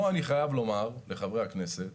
פה אני חייב לומר לחברי הכנסת